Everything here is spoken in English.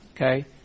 Okay